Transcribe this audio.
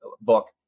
book